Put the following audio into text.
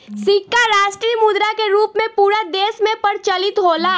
सिक्का राष्ट्रीय मुद्रा के रूप में पूरा देश में प्रचलित होला